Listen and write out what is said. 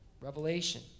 Revelation